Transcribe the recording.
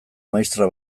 maistra